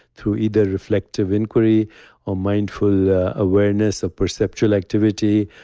through either reflective inquiry or mindful awareness of perceptual activity,